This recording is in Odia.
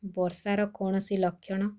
ବର୍ଷାର କୌଣସି ଲକ୍ଷଣ